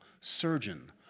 surgeon